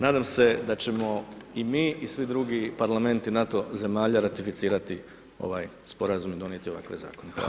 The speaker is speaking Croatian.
Nadam se da ćemo i mi svi drugi parlamenti NATO zemalja ratificirati ovaj sporazum i donijeti ovakve zakone.